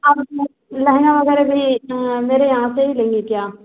आप लोग लहँगा वगैरह भी मेरे यहाँ से ही लेंगी क्या